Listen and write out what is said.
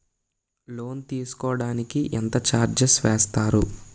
Loan తీసుకోడానికి ఎంత charges వేస్తారు?